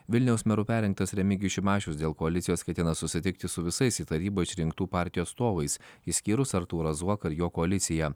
vilniaus meru perrinktas remigijus šimašius dėl koalicijos ketina susitikti su visais į tarybą išrinktų partijų atstovais išskyrus artūrą zuoką ir jo koaliciją